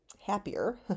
happier